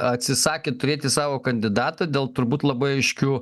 atsisakė turėti savo kandidatą dėl turbūt labai aiškių